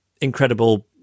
incredible